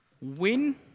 win